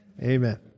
amen